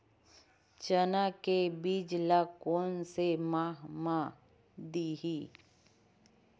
चना के बीज ल कोन से माह म दीही?